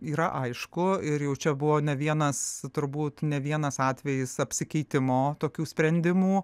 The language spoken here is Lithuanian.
yra aišku ir jau čia buvo ne vienas turbūt ne vienas atvejis apsikeitimo tokių sprendimų